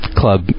club